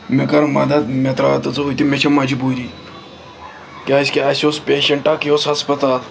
مےٚ کٔر مَدتھ مےٚ تراو تہٕ ژٕ ہُہ تہِ مےٚ چھِ مجبوٗری کیٛازِ کہِ اَسہِ اوس پیشَنٹ اکھ یہِ اوس ہَسپَتال